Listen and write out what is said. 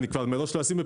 אני כבר מראש לא אשים אותו